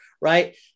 right